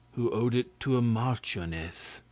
who owed it to a marchioness,